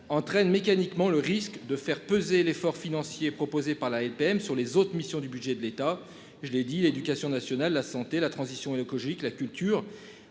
entraîne mécaniquement le risque de faire peser l'effort financier proposé par la LPM sur les autres missions du budget de l'État. Je l'ai dit l'éducation nationale, la santé, la transition et le la culture